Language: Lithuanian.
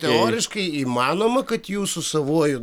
teoriškai įmanoma kad jūs su savuoju